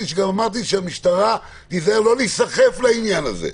שגם אמרתי שהמשטרה תיזהר לא להיסחף לעניין הזה.